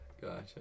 gotcha